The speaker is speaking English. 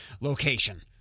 location